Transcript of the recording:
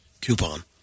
coupon